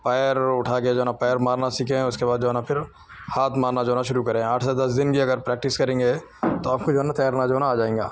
پیر اٹھا کے جو ہے نا پیر مارنا سیکھیں اس کے بعد جو ہے نا پھر ہاتھ مارنا جو ہے نا شروع کریں آٹھ سے دس دن اگر پریکٹس کریں گے تو آپ کو جو ہے نا تیرنا جو ہے نا آ جائے گا